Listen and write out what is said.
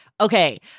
okay